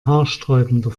haarsträubender